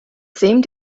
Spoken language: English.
seemed